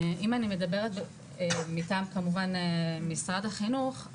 אם אני מדברת כמובן מטעם משרד החינוך,